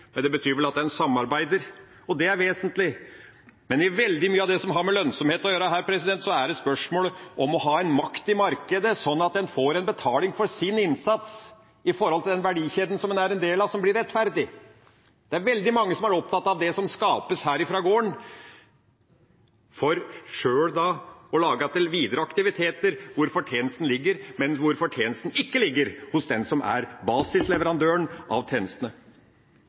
men det betyr vel at en samarbeider. Og det er vesentlig, men i veldig mye av det som har med lønnsomhet å gjøre, er det spørsmål om å ha makt i markedet, slik at en får betaling for sin innsats i den verdikjeden en er en del av, som blir rettferdig. Det er veldig mange som er opptatt av det som skapes fra gården, for sjøl å lage til andre aktiviteter hvor fortjenesten ligger, men hvor fortjenesten ikke ligger hos den som er basisleverandøren av tjenestene.